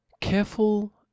careful